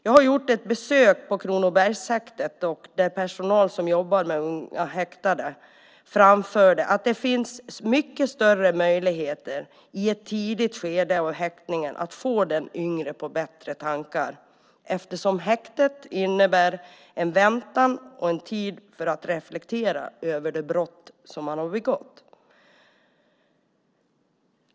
Jag har gjort ett besök på Kronobergshäktet där personal som jobbar med unga häktade framförde att det finns mycket större möjligheter i ett tidigt skede av häktningen att få den yngre på bättre tankar eftersom häktet innebär en väntan och en tid för att reflektera över det brott som de har begått.